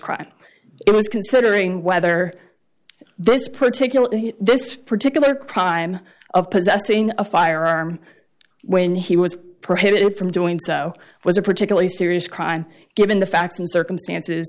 crime it was considering whether this particular this particular crime of possessing a firearm when he was prohibited from doing so was a particularly serious crime given the facts and circumstances